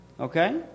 Okay